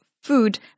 food